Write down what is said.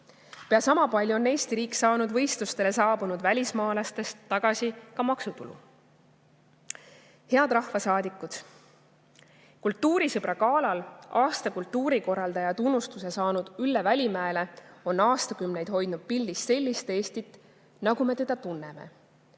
Pea sama palju on Eesti riik saanud võistlustele saabunud välismaalastest tagasi ka maksutulu. Head rahvasaadikud! Kultuurisõbra galal aasta kultuurikorraldaja tunnustuse saanud Ülle Välimäe on aastakümneid hoidnud pildis sellist Eestit, nagu me teda tunneme